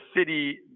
city